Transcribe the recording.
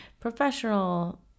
professional